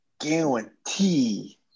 Guarantee